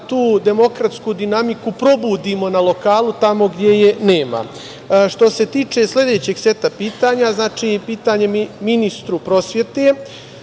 da tu demokratsku dinamiku probudimo na lokalu tamo gde je nema. Što se tiče sledećeg seta pitanja, znači pitanje ministru prosvete